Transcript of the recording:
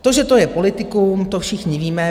To, že to je politikum, to všichni víme.